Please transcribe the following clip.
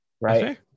Right